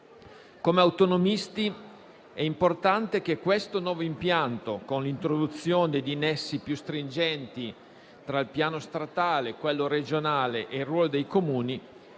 noi autonomisti è importante che questo nuovo impianto, con l'introduzione di nessi più stringenti tra il piano statale, quello regionale e il ruolo dei Comuni,